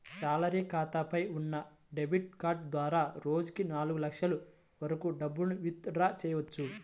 salary ఖాతాపై ఉన్న debit card ద్వారా రోజుకి నాలుగు లక్షల వరకు డబ్బులను విత్ డ్రా చెయ్యవచ్చు